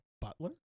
butler